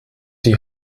die